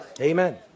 Amen